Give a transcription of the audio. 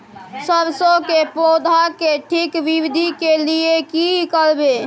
सरसो के पौधा के ठीक वृद्धि के लिये की करबै?